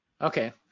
Okay